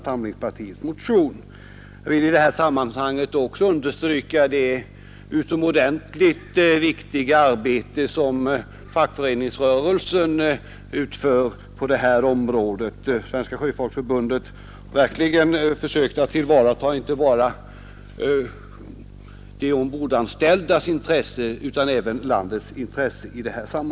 Jag vill i detta sammanhang också understryka det utomordentligt viktiga arbete som fackföreningsrörelsen utför på detta område. Svenska sjöfolksförbundet har i detta sammanhang verkligen försökt tillvarata inte bara de ombordanställdas utan även landets intressen.